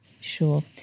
Sure